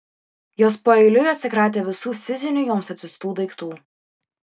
jos paeiliui atsikratė visų fizinių joms atsiųstų daiktų